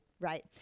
right